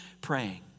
praying